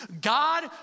God